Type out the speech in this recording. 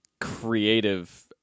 creative